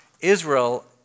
Israel